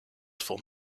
form